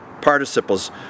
participles